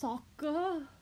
soccer